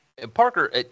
Parker